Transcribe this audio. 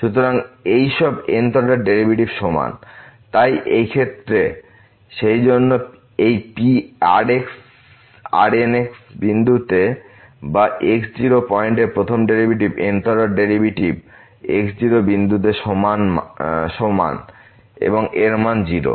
সুতরাং এই সব n th অর্ডার ডেরিভেটিভ সমান তাই এই ক্ষেত্রে সেইজন্য এই Rn x বিন্দুতে বা x0পয়েন্টে প্রথম derivative n th derivative x0 বিন্দুতে সমান সমান এবং এর মান 0